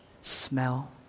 smell